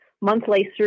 monthly